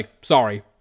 sorry